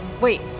Wait